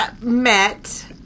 met